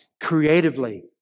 creatively